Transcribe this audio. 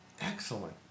Excellent